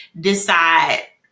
decide